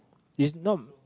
is not